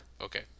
Okay